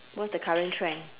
what's the current trend